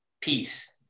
peace